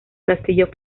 castillo